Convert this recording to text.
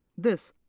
this,